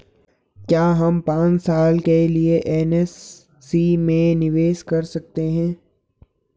क्या हम पांच साल के लिए एन.एस.सी में निवेश कर सकते हैं?